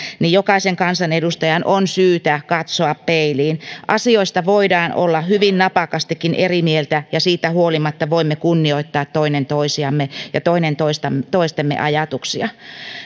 jokaisen kansanedustajan on syytä katsoa peiliin asioista voidaan olla hyvin napakastikin eri mieltä ja siitä huolimatta voimme kunnioittaa toinen toisiamme ja toinen toistemme ajatuksia